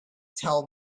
tell